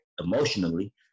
emotionally